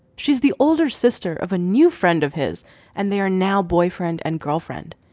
she's the older sister of a new friend of his and they're now boyfriend and girlfriend.